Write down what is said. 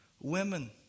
women